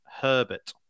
Herbert